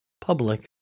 Public